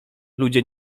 ludzie